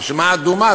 הרשימה האדומה,